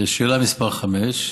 לשאלה מס' 5: